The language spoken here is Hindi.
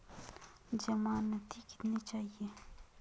ज़मानती कितने चाहिये?